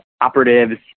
operatives